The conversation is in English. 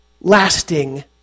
lasting